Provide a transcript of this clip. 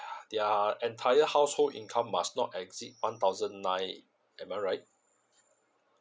their entire household income must not exceed one thousand nine am I right